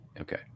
Okay